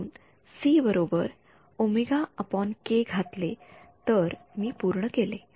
म्हणून मी cwk घातले तर मी पूर्ण केले